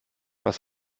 was